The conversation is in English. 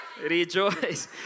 rejoice